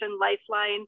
Lifeline